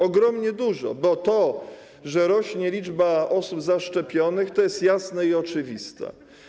Ogromnie dużo, bo to, że rośnie liczba osób zaszczepionych, to jest jasne i oczywiste.